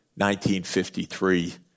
1953